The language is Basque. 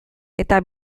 eta